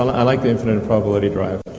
i like the infinite improbability drive.